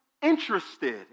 Interested